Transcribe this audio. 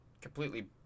completely